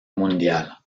mundial